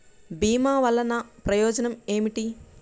భీమ వల్లన ప్రయోజనం ఏమిటి?